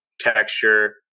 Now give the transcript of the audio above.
texture